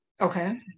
okay